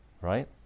right